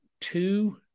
two